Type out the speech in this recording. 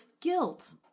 guilt